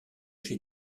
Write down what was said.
j’ai